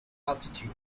altitude